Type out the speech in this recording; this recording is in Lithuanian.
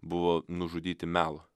buvo nužudyti melo